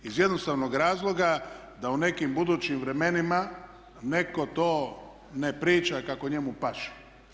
Iz jednostavnog razloga da u nekim budućim vremenima netko to ne priča kako njemu paše.